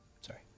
Sorry